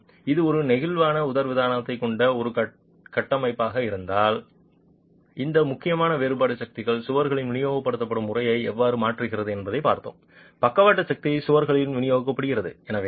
மேலும் இது ஒரு நெகிழ்வான உதரவிதானத்தைக் கொண்ட ஒரு கட்டமைப்பாக இருந்தால் இந்த முக்கியமான வேறுபாடு சக்திகள் சுவர்களுக்கு விநியோகிக்கப்படும் முறையை எவ்வாறு மாற்றுகிறது என்பதைப் பார்த்தோம் பக்கவாட்டு சக்தி சுவர்களுக்கு விநியோகிக்கப்படுகிறது